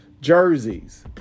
jerseys